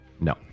No